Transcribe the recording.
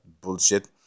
bullshit